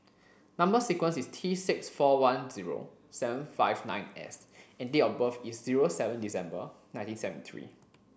number sequence is T six four one zero seven five nine S and date of birth is zero seven December nineteen seventy three